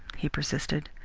he persisted.